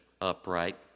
upright